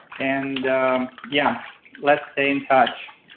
and yeah, let's stay in touch.